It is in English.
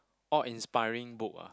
all inspiring book ah